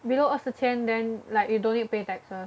below 二十千 then like you don't need to pay taxes